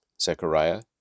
Zechariah